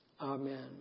Amen